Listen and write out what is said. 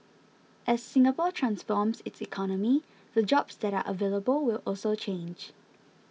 as Singapore transforms its economy the jobs that are available will also change